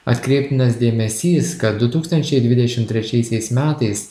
atkreiptinas dėmesys kad du tūkstančiai dvidešimt trečiaisiais metais